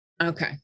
Okay